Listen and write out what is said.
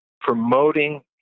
promoting